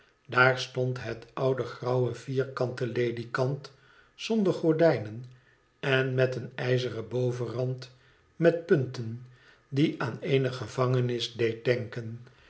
daar stond het oude grauwe vierkante ledikant zonder gordijnen en met een ijzeren bovenrand met punten die aan eene gevangenis deed denken